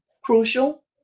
crucial